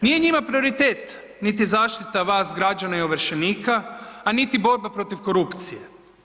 Nije njima prioritet niti zaštita vas građana i ovršenika, a niti borba protiv korupcije.